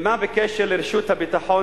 מה בקשר לרשת הביטחון